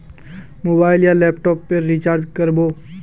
Mobile या laptop पेर recharge कर बो?